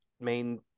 main